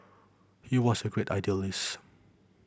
he was a great idealist